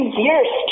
years